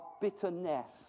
bitterness